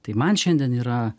tai man šiandien yra